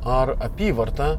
ar apyvarta